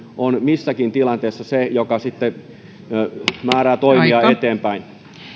on missäkin tilanteessa se joka sitten määrää toimia eteenpäin